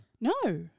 No